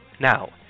Now